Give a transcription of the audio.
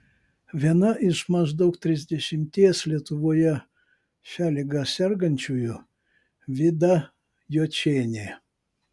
viena iš maždaug trisdešimties lietuvoje šia liga sergančiųjų vida jočienė